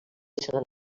sant